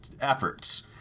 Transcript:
efforts